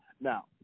Now